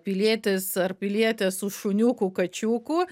pilietis ar pilietė su šuniuku kačiuku